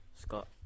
Scott